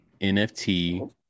NFT